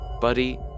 Buddy